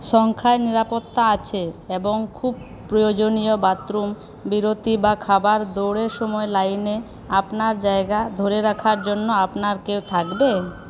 সংখ্যায় নিরাপত্তা আছে এবং খুব প্রয়োজনীয় বাথরুম বিরতি বা খাবার দৌড়ের সময় লাইনে আপনার জায়গা ধরে রাখার জন্য আপনার কেউ থাকবে